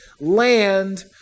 land